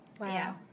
Wow